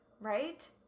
right